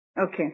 Okay